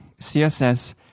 CSS